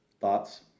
thoughts